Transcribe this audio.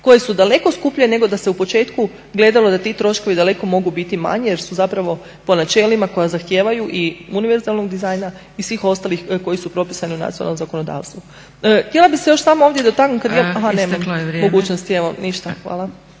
koje su daleko skuplje nego da se u početku gledalo da ti troškovi daleko mogu biti manji jer su zapravo po načelima koja zahtijevaju i univerzalnog dizajna i svih ostalih koji su propisani u nacionalnom zakonodavstvu. Htjela bih se još samo ovdje dotaknuti … /Upadica Zgrebec: Isteklo je vrijeme./… Aha, nemam